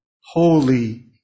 holy